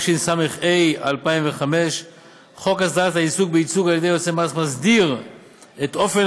התשס"ה 2005. חוק הסדרת העיסוק בייצוג על ידי יועצי מס מסדיר את אופן